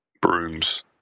brooms